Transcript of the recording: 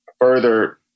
further